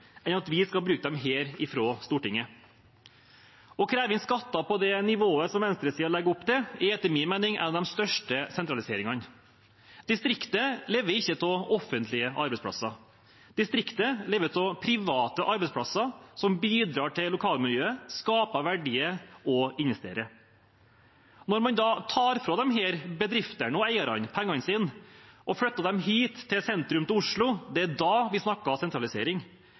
enn at vi skal bruke dem her fra Stortinget. Å kreve inn skatter på det nivået venstresiden legger opp til, er etter min mening en av de største sentraliseringene. Distriktet lever ikke av offentlige arbeidsplasser. Distriktet lever av private arbeidsplasser, som bidrar til lokalmiljøet, skaper verdier og investerer. Når man da tar fra disse bedriftene og eierne pengene deres og flytter dem hit, til sentrum av Oslo – det er da vi snakker om sentralisering.